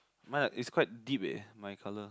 mine is quite deep eh my colour